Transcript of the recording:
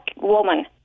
woman